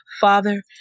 Father